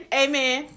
amen